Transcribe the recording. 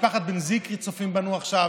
משפחת בן זיקרי צופה בנו עכשיו,